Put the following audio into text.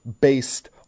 based